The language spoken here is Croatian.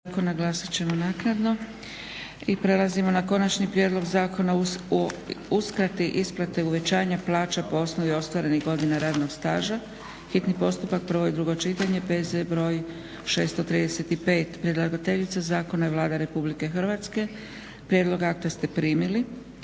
Dragica (SDP)** Prelazimo na - Konačni prijedlog zakona o uskrati isplate uvećanja plaće po osnovi ostvarenih godina radnog staža, hitni postupak, prvo i drugo čitanje, PZ br. 635 Predlagateljica zakona je Vlada Republike Hrvatske. Prijedlog akta ste primili.